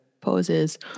poses